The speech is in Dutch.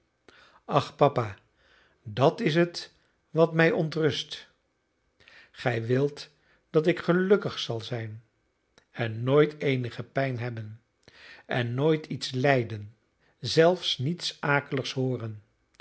ach papa dat is het wat mij ontrust gij wilt dat ik gelukkig zal zijn en nooit eenige pijn hebben en nooit iets lijden zelfs niets akeligs hooren